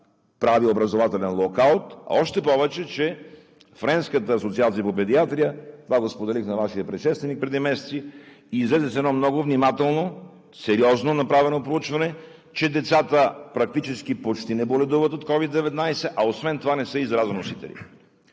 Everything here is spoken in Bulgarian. прави образователен локаут, а още повече, че Френската асоциация по педиатрия – това го споделих на Вашия предшественик преди месеци, излезе с едно много внимателно, сериозно направено проучване, че децата практически почти не боледуват от COVID-19, а освен това не са и заразоносители.